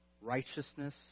righteousness